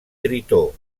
tritó